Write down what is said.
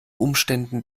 umständen